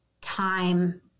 time